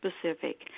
specific